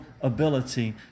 ability